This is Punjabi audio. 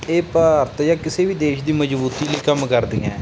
ਇਹ ਭਾਰਤ ਜਾਂ ਕਿਸੇ ਵੀ ਦੇਸ਼ ਦੀ ਮਜ਼ਬੂਤੀ ਲਈ ਕੰਮ ਕਰਦੀਆਂ